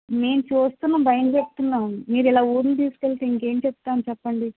మేము చూస్తన్నాం భయం చెప్తున్నాం మీరిలా ఊళ్ళు తీసుకెళ్తే ఇంకేం చెప్తాము చెప్పండి